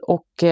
Och